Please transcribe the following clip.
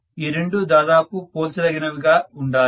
ఈ రెండూ దాదాపు పోల్చదగినవిగా ఉండాలి